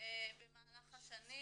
במהלך השנים,